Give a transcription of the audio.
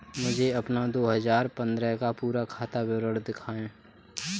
मुझे अपना दो हजार पन्द्रह का पूरा खाता विवरण दिखाएँ?